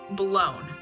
blown